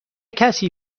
کسی